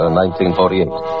1948